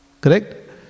Correct